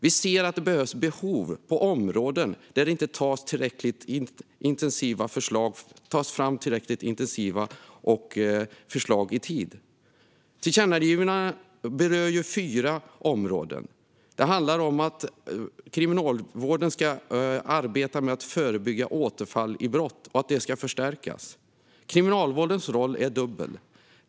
Vi ser att det behövs insatser på områden där det inte tas fram tillräckligt omfattande förslag i tid. Tillkännagivandena berör fyra områden. Ett är att kriminalvårdens arbete med att förebygga återfall ska förstärkas. Kriminalvårdens roll är dubbel.